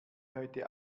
heute